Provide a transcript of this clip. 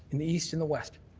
and the east and the west.